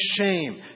shame